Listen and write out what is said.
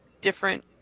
different